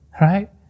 Right